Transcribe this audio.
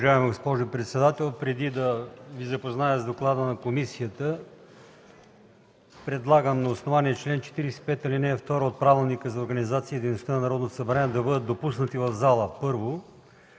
Уважаема госпожо председател, преди да Ви запозная с доклада на комисията, предлагам на основание чл. 45, ал. 2 от Правилника за организацията и дейността на Народното събрание да бъдат допуснати в залата: 1.